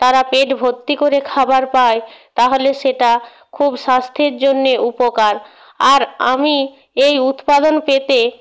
তারা পেট ভর্তি করে খাবার পায় তাহলে সেটা খুব স্বাস্থ্যের জন্যে উপকার আর আমি এই উৎপাদন পেতে